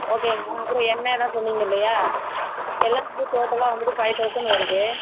ஓகேங்க அப்புறம் எண்ணெய் எதோ சொன்னீங்கள் இல்லையா எல்லாம் டோட்டலாக வந்துட்டு ஃபைவ் தவுசண்ட் வருது